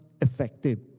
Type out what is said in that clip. effective